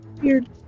Weird